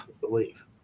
believe